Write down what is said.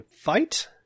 fight